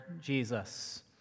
Jesus